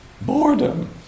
boredom